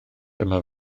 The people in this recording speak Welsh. dyma